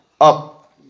up